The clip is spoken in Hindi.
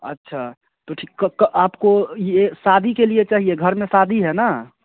अच्छा तो ठीक आपको यह शादी के लिए चाहिए घर में शादी है ना